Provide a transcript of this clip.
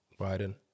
Biden